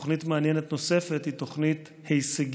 תוכנית מעניינת נוספת היא תוכנית "הישגים",